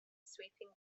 sweeping